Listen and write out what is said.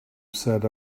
set